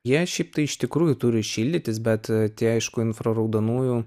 jie šiaip tai iš tikrųjų turi šildytis bet tie aišku infraraudonųjų